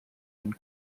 and